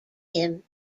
him